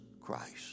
Christ